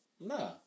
Nah